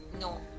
no